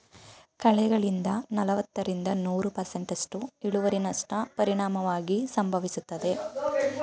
ಕಳೆಗಳಿಂದ ನಲವತ್ತರಿಂದ ನೂರು ಪರ್ಸೆಂಟ್ನಸ್ಟು ಇಳುವರಿನಷ್ಟ ಪರಿಣಾಮವಾಗಿ ಸಂಭವಿಸ್ತದೆ